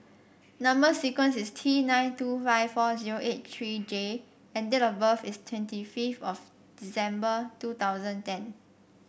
number sequence is T nine two five four zero eight three J and date of birth is twenty fifth of December two thousand ten